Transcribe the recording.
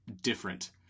different